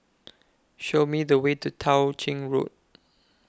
Show Me The Way to Tao Ching Road